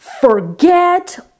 forget